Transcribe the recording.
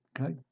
Okay